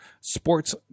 sports